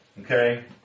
Okay